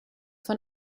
von